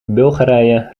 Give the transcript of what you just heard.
bulgarije